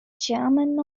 chairman